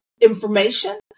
information